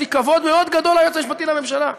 יש לי כבוד מאוד גדול ליועץ המשפטי לממשלה.